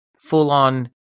full-on